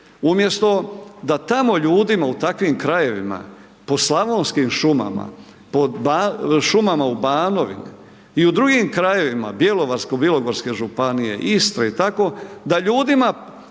Umjesto da tamo ljudima u takvim krajevima, po slavonskim šumama, po šumama u Banovini i u drugim krajevima bjelovarsko-bilogorske županije, Istre i tako, da ljudima,